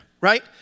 right